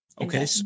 Okay